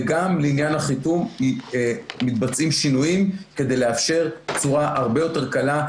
וגם לעניין החיתום מתבצעים שינויים כדי לאפשר תשואה הרבה יותר קלה.